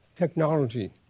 Technology